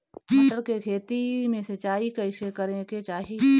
मटर के खेती मे सिचाई कइसे करे के चाही?